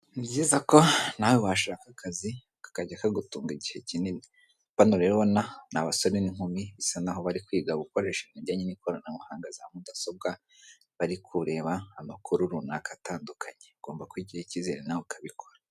Ni byiza ko nawe washaka akazi kakajya kagutunga igihe kinini bano rero ubona ni abasore n'inkumi bisa naho bari kwiga gukoresha ibijyanye n'ikoranabuhanga za mudasobwa bari kureba amakuru runaka atandukanye ugomba kwigirira icyizere nawe ukabikora.